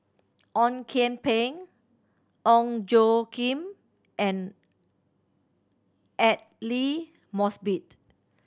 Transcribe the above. Ong Kian Peng Ong Tjoe Kim and Aidli Mosbit